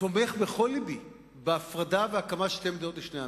תומך בכל לבי בהפרדה ובהקמת שתי מדינות לשני העמים.